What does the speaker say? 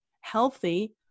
healthy